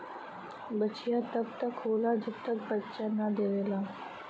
बछिया तब तक होला जब तक बच्चा न देवेला